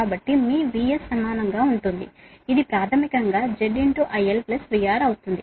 కాబట్టి మీ VS సమానం గా ఉంటుంది ఇది ప్రాథమికం గా Z IL VR అవుతుంది